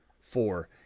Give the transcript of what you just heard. four